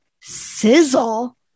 sizzle